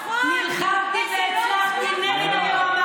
נכון, וזה לא הצליח לך.